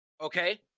okay